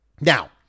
Now